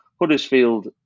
Huddersfield